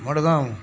Madgaon